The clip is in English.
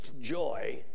joy